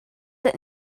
sit